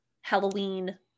halloween